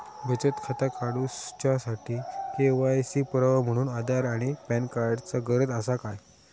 बचत खाता काडुच्या साठी के.वाय.सी पुरावो म्हणून आधार आणि पॅन कार्ड चा गरज आसा काय?